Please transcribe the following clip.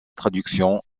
traduction